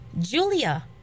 Julia